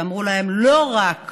כשאמרו להם: לא רק